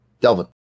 Delvin